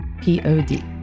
P-O-D